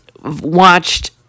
watched